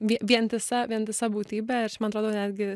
vientisa vientisa būtybė ir čia man atrodo netgi